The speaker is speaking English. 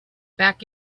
back